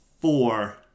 four